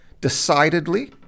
decidedly